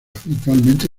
habitualmente